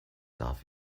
darf